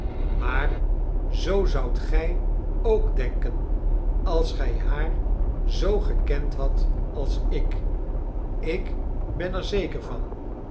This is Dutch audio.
maar zoo zoudt gij ook denken als gij haar zoo gekend hadt als ik ik ben er zeker van